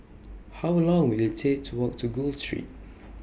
How Long Will IT Take to Walk to Gul Street